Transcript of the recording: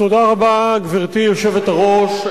גברתי היושבת-ראש,